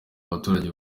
abaturage